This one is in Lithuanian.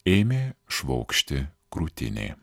ėmė švokšti krūtinė